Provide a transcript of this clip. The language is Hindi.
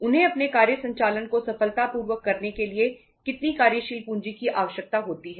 उन्हें अपने कार्य संचालन को सफलतापूर्वक करने के लिए कितनी कार्यशील पूंजी की आवश्यकता होती है